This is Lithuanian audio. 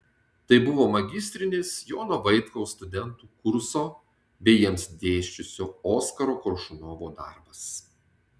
tai buvo magistrinis jono vaitkaus studentų kurso bei jiems dėsčiusio oskaro koršunovo darbas